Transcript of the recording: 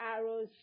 arrows